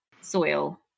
soil